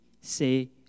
say